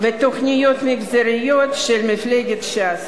ותוכניות מגזריות של מפלגת ש"ס.